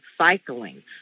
cycling